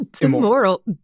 immoral